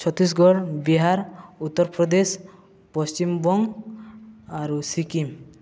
ଛତିଶଗଡ଼ ବିହାର ଉତ୍ତରପ୍ରଦେଶ ପଶ୍ଚିମବଙ୍ଗ ଆରୁ ସିକିମ